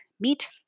meat